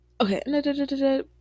Okay